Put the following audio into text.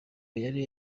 yari